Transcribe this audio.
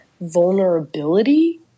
vulnerability